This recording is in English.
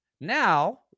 Now